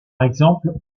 exemple